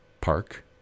park